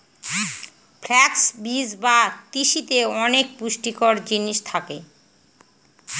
flux বীজ বা তিসিতে অনেক পুষ্টিকর জিনিস থাকে